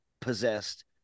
possessed